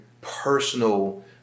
personal